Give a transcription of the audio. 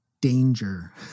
danger